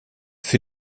für